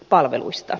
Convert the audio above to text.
palveluista